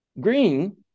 Green